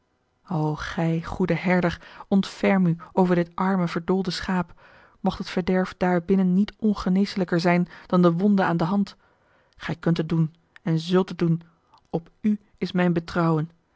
gij goede herder ontferm u over dit arme verdoolde schaap mocht het verderf dààr binnen niet ongeneeslijker zijn dan de wonde aan de hand gij kunt het doen en zult het doen op u is mijn